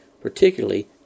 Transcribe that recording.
particularly